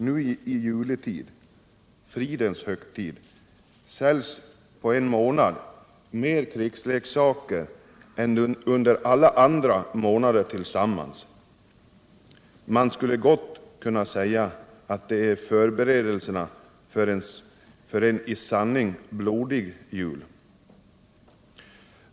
Nu i juletid — fridens högtid — säljs på en månad mer krigsleksaker än under alla de andra månaderna tillsammans. Man skulle gott kunna säga att det är förberedelserna för en i sanning blodig jul.